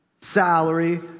Salary